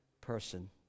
person